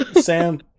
Sam